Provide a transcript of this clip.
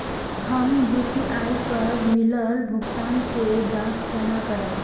हम यू.पी.आई पर मिलल भुगतान के जाँच केना करब?